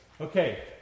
Okay